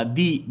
di